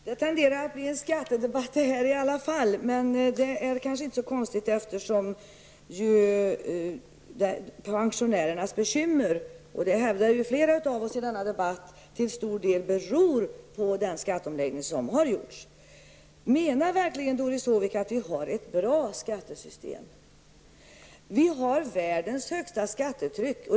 Herr talman! Det här tenderar i alla fall att bli en skattedebatt. Det kanske inte är så konstigt med tanke på att pensionärernas bekymmer -- det hävdar flera av oss -- till stor del beror på den skatteomläggning som har genomförts. Menar Doris Håvik verkligen att vi har ett bra skattesystem? Vi har världens högsta skattetryck.